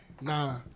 Nah